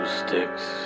sticks